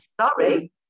sorry